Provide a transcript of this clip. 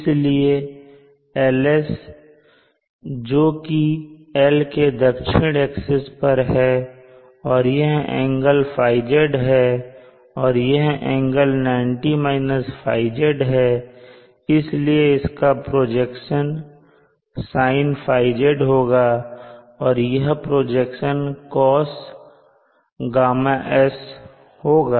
इसलिए LS जो कि L के दक्षिण एक्सिस पर है और यह एंगल θz है और यह एंगल 90 θz है इसलिए इसका प्रोजेक्शन sinθz होगा और यह प्रोजेक्शन cosγS होगा